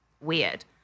weird